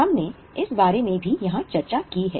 हमने इस बारे में भी यहां चर्चा की है